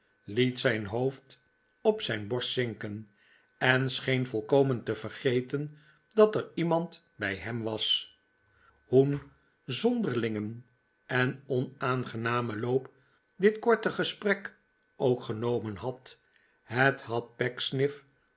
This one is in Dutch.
liet zijn hoofd op zijn borst zinken en scheen volkomen te vergeten dat er iemand bij hem was hoe'n zonderlingen en onaangenamen loop dit korte gesprek ook genomen had het had